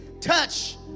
touch